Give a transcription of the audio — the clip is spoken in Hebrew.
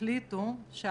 ממשלת חילופים.